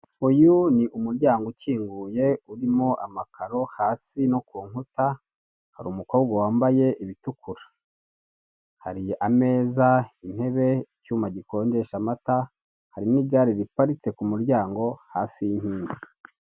Uyu ni umuryango ukinguye urimo amakaro hasi no ku nkuta, hari umukobwa wambaye ibitukura. Hari ameza, intebe, icyuma gikonjesha amata hari n'igare riparitse ku mu ryango hafi y'irindi.